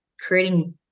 creating